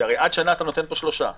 הרי עד שנה אתה נותן פה שלושה חודשים.